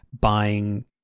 buying